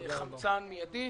חמצן באופן מיידי.